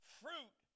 fruit